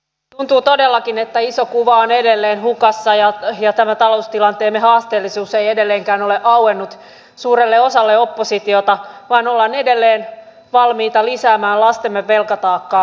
tuntuu todellakin että iso kuva on edelleen hukassa ja tämä taloustilanteemme haasteellisuus ei edelleenkään ole auennut suurelle osalle oppositiota vaan ollaan edelleen valmiita lisäämään lastemme velkataakkaa